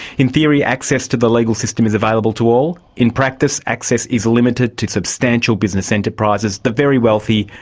in theory access to the legal system is available to all. in practice access is limited to substantial business enterprises, the very wealthy,